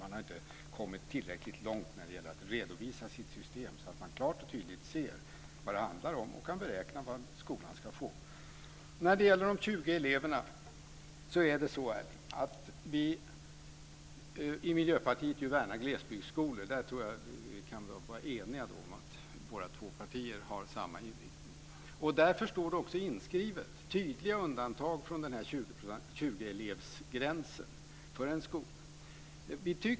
Man har inte kommit tillräckligt långt när det gäller att redovisa sitt system så att det klart och tydligt går att utläsa vad det handlar om och hur mycket skolan ska få. När det gäller de 20 eleverna värnar vi i Miljöpartiet glesbygdsskolor, och där kan vi vara eniga eftersom våra båda partier har samma inriktning. Därför står det inskrivet tydliga undantag från 20 elevsgränsen.